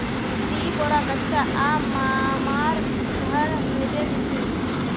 दी बोरा कच्चा आम मामार घर भेजे दीछि